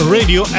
Radio